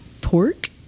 pork